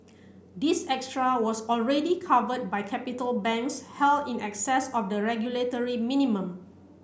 this extra was already covered by capital banks held in excess of the regulatory minimum